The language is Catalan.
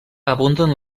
abunden